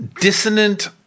dissonant